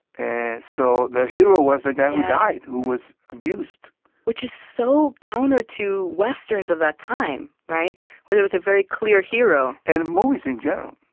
and so the hero was the guy who died, who was abused which is so counter to westerns of that time, where there was a very clear hero and movies in general.